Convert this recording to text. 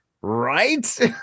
right